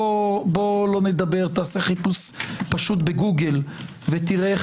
בוא לא נדבר תעשה חיפוש פשוט בגוגל ותראה איך